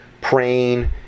praying